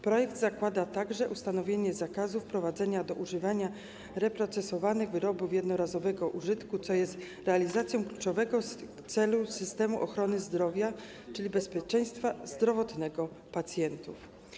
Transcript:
Projekt zakłada także ustanowienie zakazu wprowadzania do używania reprocesowanych wyrobów jednorazowego użytku, co jest realizacją kluczowego celu systemu ochrony zdrowia, czyli bezpieczeństwa zdrowotnego pacjentów.